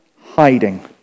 hiding